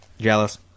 Jealous